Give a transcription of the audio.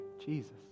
Jesus